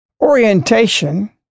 orientation